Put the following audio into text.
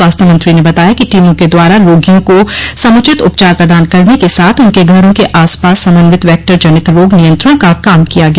स्वास्थ्य मंत्री ने बताया कि टीमों के द्वारा रोगियों को समुचित उपचार प्रदान करने के साथ उनके घरों के आसपास समन्वित वैक्टर जनित रोग नियंत्रण का काम किया गया